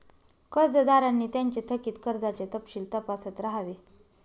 कर्जदारांनी त्यांचे थकित कर्जाचे तपशील तपासत राहावे